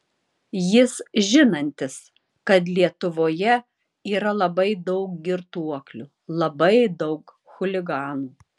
jis žinantis kad lietuvoje yra labai daug girtuoklių labai daug chuliganų